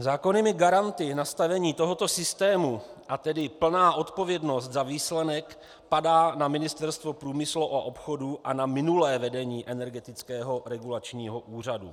Zákonnými garanty nastavení tohoto systému, a tedy plná odpovědnost za výsledek, padá na Ministerstvo průmyslu a obchodu a na minulé vedení Energetického regulačního úřadu.